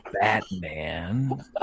Batman